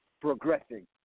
progressing